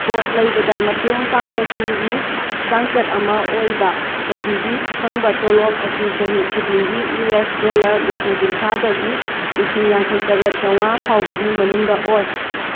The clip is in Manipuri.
ꯄꯣꯠ ꯂꯩꯕꯗ ꯃꯇꯦꯡ ꯄꯥꯡꯕꯁꯤꯡꯒꯤ ꯆꯥꯡꯆꯠ ꯑꯃ ꯑꯣꯏꯕ ꯆꯍꯤꯒꯤ ꯐꯪꯕ ꯇꯣꯂꯣꯞ ꯑꯁꯤ ꯆꯍꯤ ꯈꯨꯗꯤꯡꯒꯤ ꯌꯨ ꯑꯦꯁ ꯗꯣꯂꯔ ꯂꯤꯁꯤꯡ ꯀꯨꯟꯊ꯭ꯔꯥꯗꯒꯤ ꯂꯤꯁꯤꯡ ꯉꯥꯡꯈꯩ ꯇꯔꯦꯠ ꯆꯃꯉꯥ ꯐꯥꯎꯕꯒꯤ ꯃꯅꯨꯡꯗ ꯑꯣꯏ